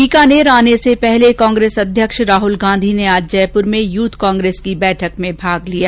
बीकानेर आने से पहले कांग्रेस अध्यक्ष राहुल गांधी ने आज जयपुर में यूथ कांग्रेस की बैठक में भाग लिया